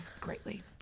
greatly